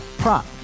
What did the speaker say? prop